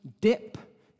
dip